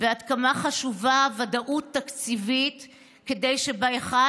ועד כמה חשובה ודאות תקציבית כדי שב-1